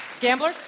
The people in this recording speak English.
Gambler